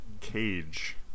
Cage